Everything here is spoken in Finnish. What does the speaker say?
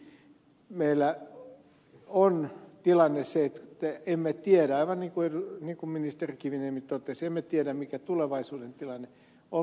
meillä on tilanne se että emme tiedä aivan niin kuin ministeri kiviniemi totesi mikä tulevaisuuden tilanne on mihin se johtaa